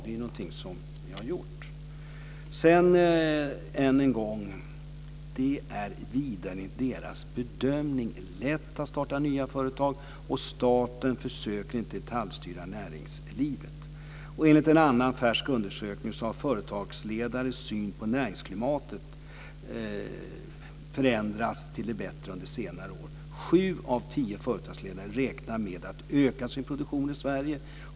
Sedan vill jag än en gång säga: Det är vidare, enligt Merrill Lynch bedömning, lätt att starta nya företag, och staten försöker inte detaljstyra näringslivet. Enligt en annan färsk undersökning har företagsledares syn på näringsklimatet förändrats till det bättre under senare år. Sju av tio företagsledare räknar med att öka sin produktion i Sverige.